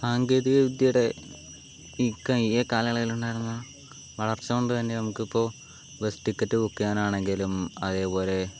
സാങ്കേതിക വിദ്യയുടെ ഈ കഴിഞ്ഞ കാലയളവിൽ ഉണ്ടായിരുന്ന വളർച്ച കൊണ്ട് തന്നെ നമുക്ക് ഇപ്പോൾ ബസ് ടിക്കറ്റ് ബുക്ക് ചെയ്യാനാണെങ്കിലും അതേപോലെ